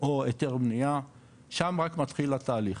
או היתר בנייה, שם רק מתחיל התהליך,